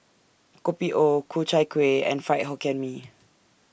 Kopi O Ku Chai Kueh and Fried Hokkien Mee